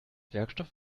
werkstoff